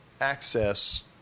access